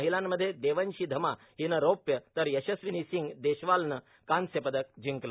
महिलांमध्ये देवनशी धमा हीनं रौप्य तर यशस्विनी सिंग देशवालनं कांस्य पदक जिंकलं